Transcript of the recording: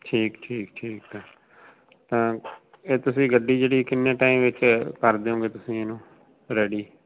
ਠੀਕ ਠੀਕ ਠੀਕ ਹੈ ਤਾਂ ਇਹ ਤੁਸੀਂ ਗੱਡੀ ਜਿਹੜੀ ਕਿੰਨੇ ਟਾਈਮ ਵਿੱਚ ਕਰਦੁੰਗੇ ਤੁਸੀਂ ਇਹਨੂੰ ਰੈਡੀ